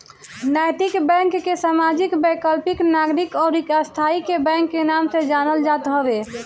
नैतिक बैंक के सामाजिक, वैकल्पिक, नागरिक अउरी स्थाई बैंक के नाम से जानल जात हवे